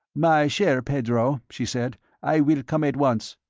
my chair, pedro, she said i will come at once.